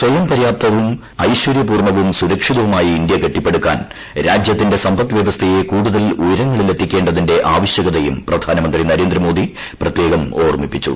സ്വയം പര്യാപ്തവും ഐശ്വര്യപൂർണവും സുരക്ഷതവുമായ ഇന്ത്യ കെട്ടിപടുക്കാൻ രാജ്യത്തിന്റെ സമ്പദ്വ്യവസ്ഥയെ കൂടുതൽ ഉയരങ്ങളിലെത്തിക്കേണ്ടതിന്റെ ആവശ്യകതയും പ്രധാനമന്ത്രി നരേന്ദ്രമോദി പ്രത്യേകം ഓർമ്മിപ്പിച്ചു